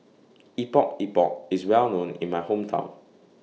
Epok Epok IS Well known in My Hometown